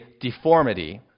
deformity